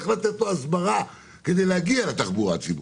לשים ספרים של אוטובוסים תוך כדי תנועה כדי לנהל את הדברים,